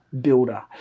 builder